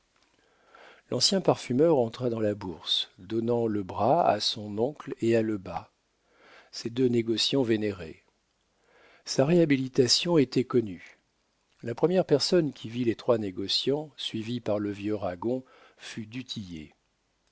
l'ancien parfumeur entra dans la bourse donnant le bras à son oncle et à lebas ces deux négociants vénérés sa réhabilitation était connue la première personne qui vit les trois négociants suivis par le vieux ragon fut du